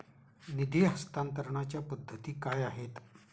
निधी हस्तांतरणाच्या पद्धती काय आहेत?